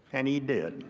and he did.